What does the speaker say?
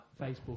Facebook